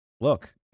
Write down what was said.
look